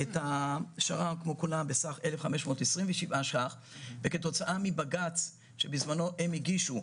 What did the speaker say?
את השר"ם כמו כולם בסך 1,527 שקלים וכתוצאה מבג"ץ שבזמנו הם הגישו,